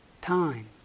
time